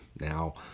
now